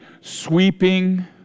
sweeping